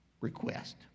request